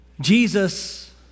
Jesus